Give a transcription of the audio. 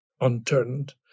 unturned